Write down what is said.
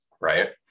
right